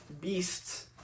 beasts